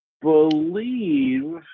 believe